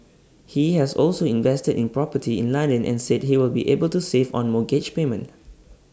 he has also invested in property in London and said he will be able to save on mortgage payments